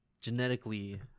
genetically